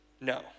no